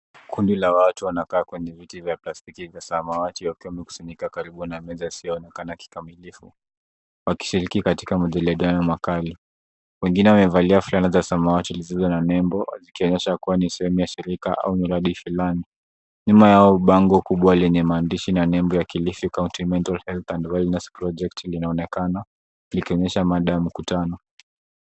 Kundi la watu wanakaa kwenye viti vya plastiki vya samawati wakiwa wamekusanyika karibu na meza isioonekana kukamilifu wakishiriki katika majadiliano makali. Wengine wamevalia fulana za samawati zilizo na nembo zikionyesha kuwa ni sehemu ya shirika au miradi fulani. Nyuma yao bango kubwa lenye maandishi na nembo ya Kilifi County Mental Health and Wellness Project linaonekana likionyesha mada ya mkutano.